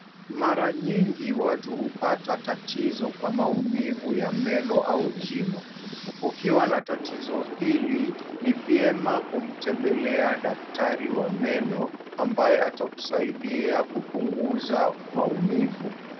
Mara nyingi watu hupata tatizo kwa maumivu ya meno au jino. Ukiwa na tatizo hili ni vyema kumtembelea daktari wa meno ambaye atakusaidia kupunguza maumivu.